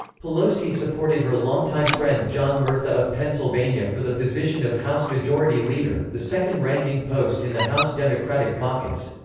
pelosi supported her longtime friend john murtha of pennsylvania for the position of house majority leader, the second-ranking post in the house democratic caucus.